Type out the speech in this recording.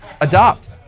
Adopt